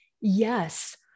yes